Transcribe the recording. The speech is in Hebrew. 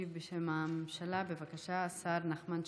ישיב בשם הממשלה, בבקשה, השר נחמן שי.